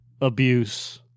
abuse